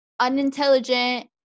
unintelligent